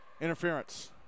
Interference